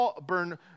burn